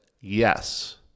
Yes